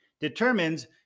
determines